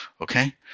okay